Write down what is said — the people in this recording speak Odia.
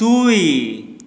ଦୁଇ